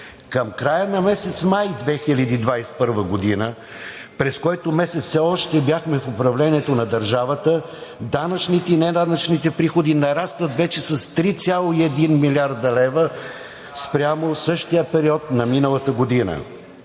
Към края на месец май 2021 г., през който месец все още бяхме в управлението на държавата, данъчните и неданъчните приходи нарастват вече с 3,1 млрд. лв. спрямо същия период на миналата година.